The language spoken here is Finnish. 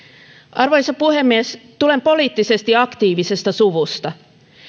arvoisa puhemies tulen poliittisesti aktiivisesta suvusta